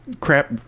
crap